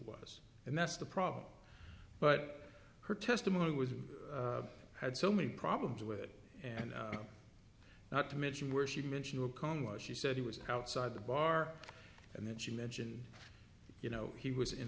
was and that's the problem but her testimony was had so many problems with it and not to mention where she dimensional congress she said he was outside the bar and then she mentioned you know he was in